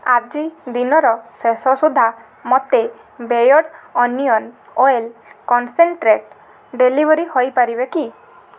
ଆଜି ଦିନର ଶେଷ ସୁଦ୍ଧା ମୋତେ beard onion oil concentrate delivery ହୋଇପାରିବ କି